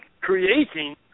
creating